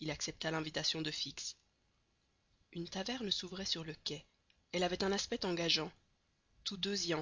il accepta l'invitation de fix une taverne s'ouvrait sur le quai elle avait un aspect engageant tous deux y